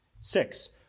Six